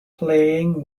playing